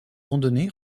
randonnée